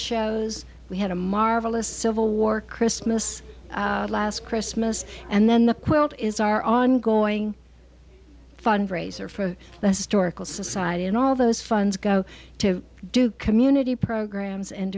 shows we had a marvelous civil war christmas last christmas and then the quilt is our ongoing fundraiser for the historical society and all those funds go to do community programs and